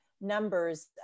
numbers